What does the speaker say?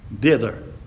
thither